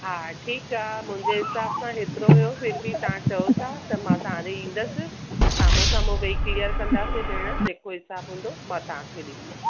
हा ठीकु आहे मुंहिंजे हिसाब सां हेतिरो हुयो फिर बि तव्हां चओ था त मां तव्हां ॾे ईंदसि साम्हूं साम्हूं वेही क्लिअर कंदासी भेण जेको हिसाब हूंदो मां तव्हां खे डींदसि